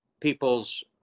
people's